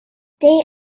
they